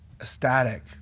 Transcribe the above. ecstatic